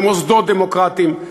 במוסדות דמוקרטיים,